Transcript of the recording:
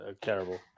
Terrible